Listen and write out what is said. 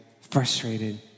frustrated